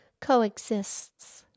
coexists